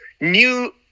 new